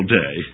day